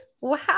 Wow